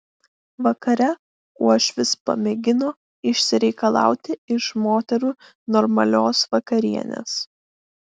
vakare uošvis pamėgino išsireikalauti iš moterų normalios vakarienės